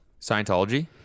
Scientology